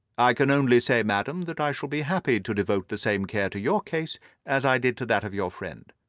i can only say, madam, that i shall be happy to devote the same care to your case as i did to that of your friend.